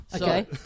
Okay